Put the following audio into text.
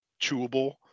chewable